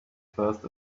first